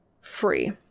free